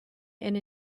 and